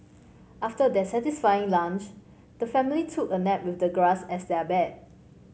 after their satisfying lunch the family took a nap with the grass as their bed